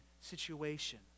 situation